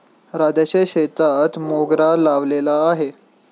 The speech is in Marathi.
राधाच्या शेतात मोगरा लावलेला आहे